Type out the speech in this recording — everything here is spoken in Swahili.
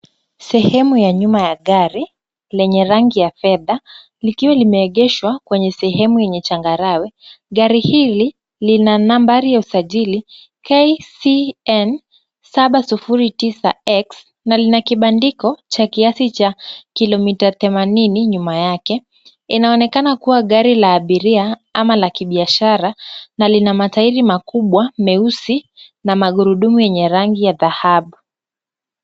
Sehemu ya nyuma ya gari lenye rangi ya fedha likiwa limeegeshwa kwenye sehemu yenye changarawe ,gari hili lina nambari ya usajiri KCN709X, na lina kibandiko cha kiasi cha kilomita 80 nyuma yake, linaonekana kua gari la abiria ama la kibiashara na Lina mataili makubwa meusi na magurudumu yenye rangi ya dhahabu .